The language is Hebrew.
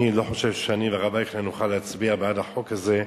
אני לא חושב שאני והרב אייכלר נוכל להצביע בעד החוק הזה.